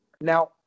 Now